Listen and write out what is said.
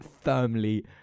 firmly